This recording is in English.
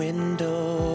Window